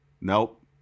Nope